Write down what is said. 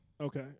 Okay